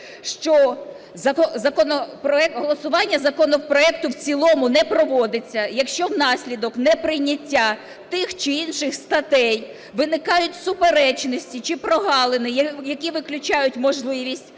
що голосування законопроекту в цілому не проводиться, якщо внаслідок неприйняття тих чи інших статей виникають суперечності чи прогалини, які виключають можливість